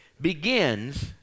begins